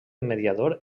mediador